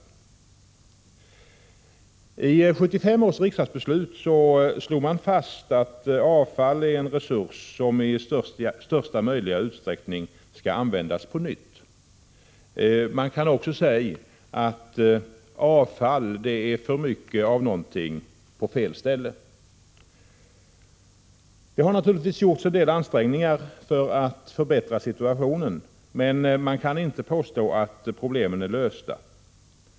I 1975 års riksdagsbeslut slogs det fast att avfall är en resurs som i största möjliga utsträckning skall användas på nytt. Man kan också säga att avfall är för mycket av någonting på fel ställe. Det har naturligtvis gjorts en del ansträngningar för att förbättra situationen, men man kan inte påstå att problemen är lösta.